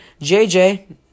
JJ